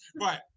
Right